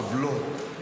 עוולות,